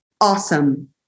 awesome